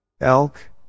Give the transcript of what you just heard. Elk